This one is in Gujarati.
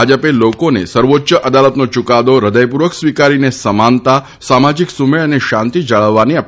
ભાજપે લોકોને સર્વોચ્ય અદાલતનો ચૂકાદો હૃદયપૂર્વક સ્વીકારીને સમાનતા સામાજિક સૂમેળ અને શાંતિ જાળવવાની અપીલ કરી છે